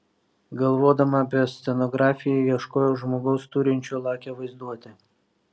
galvodama apie scenografiją ieškojau žmogaus turinčio lakią vaizduotę